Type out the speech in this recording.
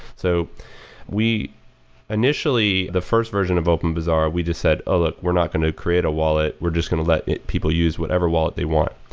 so initially, the first version of openbazaar we just said, ah we're not going to create a wallet. we're just going to let people use whatever wallet they want.